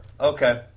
Okay